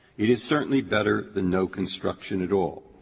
it is certainly better than no construction at all.